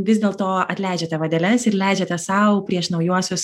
vis dėlto atleidžiate vadeles ir leidžiate sau prieš naujuosius